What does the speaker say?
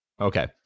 Okay